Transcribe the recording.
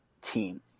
team